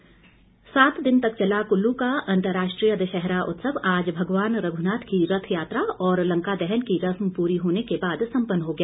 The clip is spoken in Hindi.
कुल्लु दशहरा सात दिन तक चला कुल्लू का अंतर्राष्ट्रीय दशहरा उत्सव आज भगवान रघुनाथ की रथयात्रा और लंका दहन की रस्म पूरी होने के बाद सम्पन्न हो गया